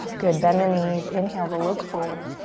good, bend the knees. inhale to look forward.